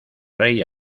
rey